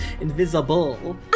invisible